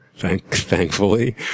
thankfully